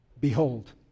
Behold